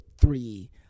three